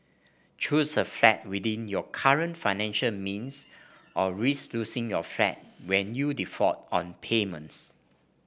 choose a flat within your current financial means or risk losing your flat when you default on payments